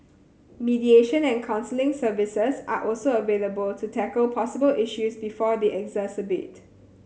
mediation and counselling services are also available to tackle possible issues before they exacerbate